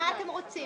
תגידו מה אתם רוצים.